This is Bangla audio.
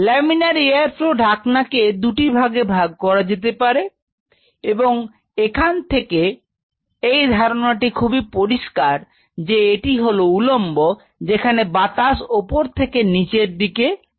লামিনার এয়ার ফ্লো ঢাকনা কে দুটি ভাগে ভাগ করা যেতে পারে এবং এখান থেকে এই ধারণাটি খুবই পরিষ্কার যে একটি হলো উলম্ব যেখানে বাতাস ওপর থেকে নিচের দিকে আসছে এবং এটি ঠিক এয়ার কার্টেন এর মত একই রকম